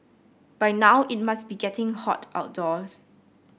by now it must be getting hot outdoors